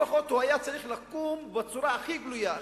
לפחות הוא היה צריך לקום בצורה הכי גלויה,